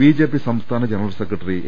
BJP സംസ്ഥാന general secretary A